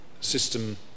system